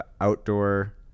outdoor